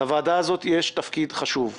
לוועדה הזאת יש תפקיד חשוב.